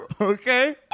Okay